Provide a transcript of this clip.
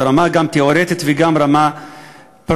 גם רמה תיאורטית וגם רמה פרקטית,